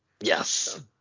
Yes